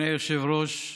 אדוני היושב-ראש,